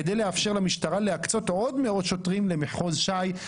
כדי לאפשר למשטרה להקצות עוד מאות שוטרים למחוז ש"י,